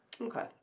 Okay